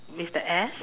with the S